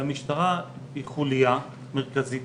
והמשטרה היא חוליה מרכזית